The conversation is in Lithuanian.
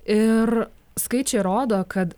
ir skaičiai rodo kad